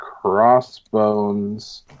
crossbones